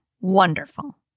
Wonderful